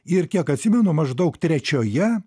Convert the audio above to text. ir kiek atsimenu maždaug trečioje